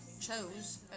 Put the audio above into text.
chose